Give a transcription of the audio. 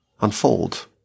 unfold